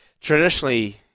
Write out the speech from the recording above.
traditionally